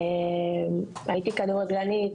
הייתי כדורגלנית,